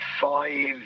five